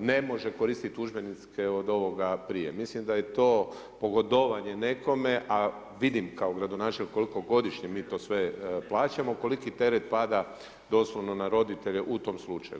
ne može koristiti udžbenike od ovoga prije. jer mislim da je to pogodovanje nekome a vidim kao gradonačelnik koliko godišnje mi to sve plaćamo, koliki teret pada doslovno na roditelje u tom slučaju.